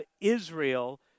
Israel